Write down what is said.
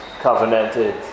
covenanted